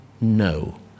no